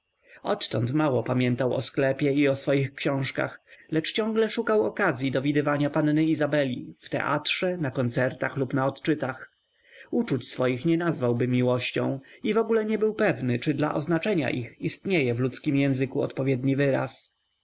odtąd mało pamiętał o sklepie i o swoich książkach lecz ciągle szukał okazyi do widywania panny izabeli w teatrze na koncertach lub na odczytach uczuć swoich nie nazwałby miłością i w ogóle nie był pewny czy dla oznaczenia ich istnieje w ludzkim języku odpowiedni wyraz